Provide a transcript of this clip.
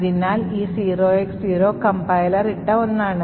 അതിനാൽ ഈ 0X0 compiler ഇട്ട ഒന്നാണ്